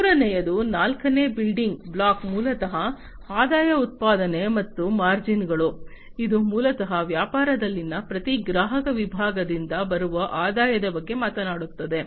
ಮೂರನೆಯದು ನಾಲ್ಕನೇ building block ಮೂಲತಃ ಆದಾಯ ಉತ್ಪಾದನೆ ಮತ್ತು ಮಾರ್ಜಿನ್ಗಳು ಇದು ಮೂಲತಃ ವ್ಯವಹಾರದಲ್ಲಿನ ಪ್ರತಿ ಗ್ರಾಹಕ ವಿಭಾಗದಿಂದ ಬರುವ ಆದಾಯದ ಬಗ್ಗೆ ಮಾತನಾಡುತ್ತದೆ